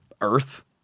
Earth